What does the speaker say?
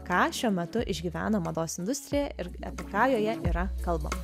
ką šiuo metu išgyvena mados industrija ir apie ką joje yra kalbama